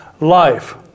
Life